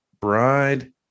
bride